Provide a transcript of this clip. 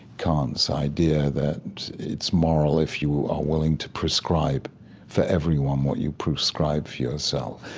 kant's idea that it's moral if you are willing to prescribe for everyone what you prescribe for yourself.